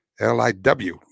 LIW